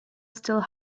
still